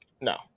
No